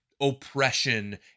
oppression